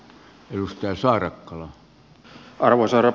arvoisa herra puhemies